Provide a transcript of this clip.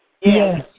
Yes